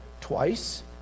twice